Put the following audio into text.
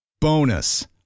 Bonus